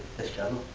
this chili